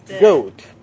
goat